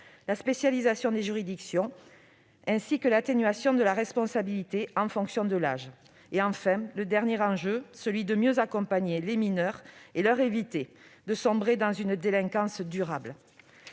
la spécialisation des juridictions, ainsi que l'atténuation de la responsabilité en fonction de l'âge. Enfin, l'enjeu était de mieux accompagner les mineurs et de leur éviter de sombrer dans une délinquance durable.